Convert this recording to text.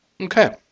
Okay